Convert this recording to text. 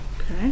Okay